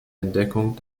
entdeckung